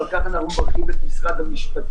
ועל כך אנחנו מברכים את משרד המשפטים.